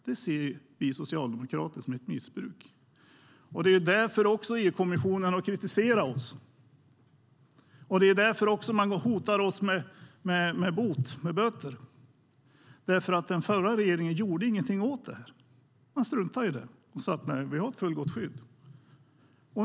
Det ser vi socialdemokrater som ett missbruk.EU-kommissionen har kritiserat oss och hotat med böter, men den förra regeringen gjorde ingenting. Man struntade i det och sa att vi har ett fullgott skydd.